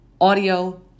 audio